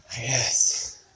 Yes